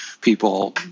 people